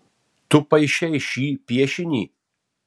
tu paišei šį piešinį